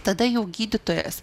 tada jau gydytojas